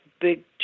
big